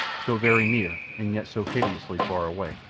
so very near and yet so hideously far away.